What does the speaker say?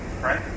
right